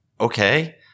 Okay